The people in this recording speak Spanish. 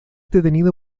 detenido